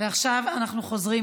(מחיאות כפיים) עכשיו אנחנו חוזרים